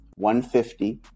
150